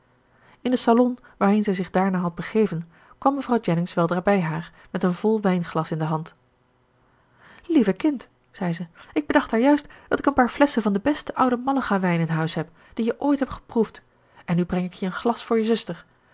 in den salon waarheen zij zich daarna had begeven kwam mevrouw jennings weldra bij haar met een vol wijnglas in de hand lieve kind zei ze ik bedacht daar juist dat ik een paar flesschen van den besten ouden malaga wijn in huis heb dien je ooit hebt geproefd en nu breng ik je een glas voor je zuster